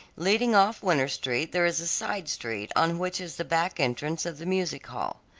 leading off winter street there is a side street on which is the back entrance of the music hall.